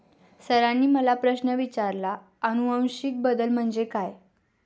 सरांनी मला प्रश्न विचारला आनुवंशिक बदल म्हणजे काय?